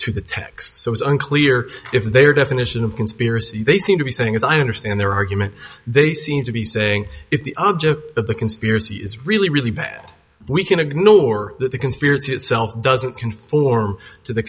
to the text so it's unclear if their definition of conspiracy they seem to be saying as i understand their argument they seem to be saying if the object of the conspiracy is really really bad we can ignore that the conspiracy itself doesn't conform to the